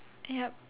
yup